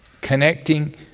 Connecting